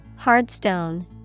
Hardstone